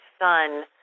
son